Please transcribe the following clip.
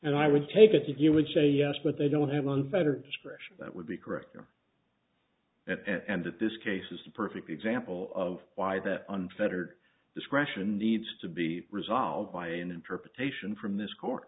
and i would take it if you would say yes but they don't have unfettered discretion that would be correct them and that this case is a perfect example of why that unfettered discretion needs to be resolved by an interpretation from this court